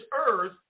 earth